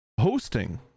Hosting